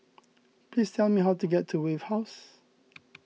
please tell me how to get to Wave House